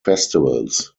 festivals